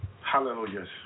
Hallelujah